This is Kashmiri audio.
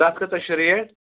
تَتھ کۭژاہ چھِ ریٹ